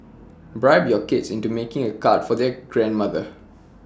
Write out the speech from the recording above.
bribe your kids into making A card for their grandmother